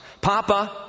Papa